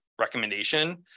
recommendation